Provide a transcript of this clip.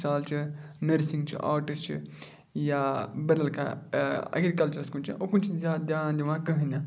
مِثال چھِ نٔرسِنٛگ چھِ آٹِسٹ چھِ یا بدل کانٛہہ اٮ۪گری کَلچَرَس کُن چھِ اُکُن چھُنہٕ زیادٕ دیان یِوان کٕہٕنۍ نہٕ